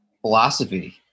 Philosophy